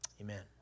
Amen